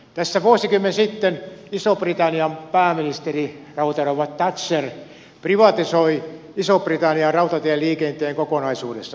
tässä vuosikymmen sitten ison britannian pääministeri rautarouva thatcher privatisoi ison britannian rautatieliikenteen kokonaisuudessaan